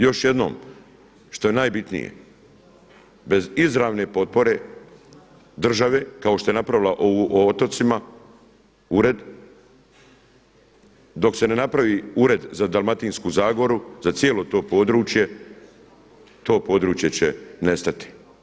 Još jednom, što je najbitnije, bez izravne potpore države kao što je napravila o otocima ured, dok se ne napravi ured za Dalmatinsku zagoru, za cijelo to područje to područje će nestati.